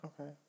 Okay